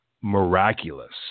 miraculous